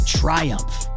Triumph